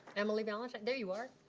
emily valentine, there you are.